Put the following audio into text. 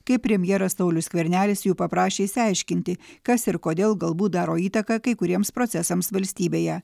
kai premjeras saulius skvernelis jų paprašė išsiaiškinti kas ir kodėl galbūt daro įtaką kai kuriems procesams valstybėje